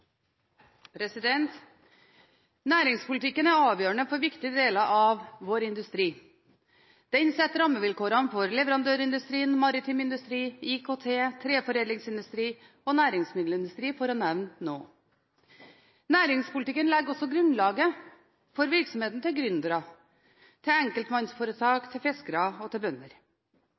vedtatt. Næringspolitikken er avgjørende for viktige deler av vår industri. Den setter rammevilkårene for leverandørindustrien, den maritime industrien, IKT, treforedlingsindustrien og næringsmiddelindustrien, for å nevne noen. Næringspolitikken legger også grunnlaget for virksomheten til gründere, til enkeltmannsforetak, til fiskere og til bønder.